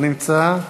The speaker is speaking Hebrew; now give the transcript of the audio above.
אינו נמצא.